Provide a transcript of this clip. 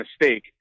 mistake